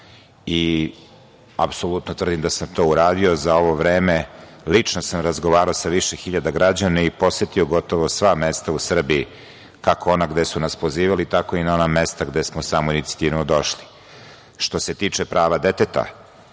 i apsolutno tvrdim da sam to uradio.Za ovo vreme lično sam razgovarao sa više hiljada građana i posetio gotovo sva mesta u Srbiji, kako ona gde su nas pozivali, tako i na ona mesta gde smo samoinicijativno došli. Što se tiče prava deteta,